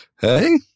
Hey